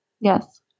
Yes